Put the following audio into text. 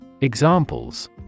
examples